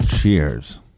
Cheers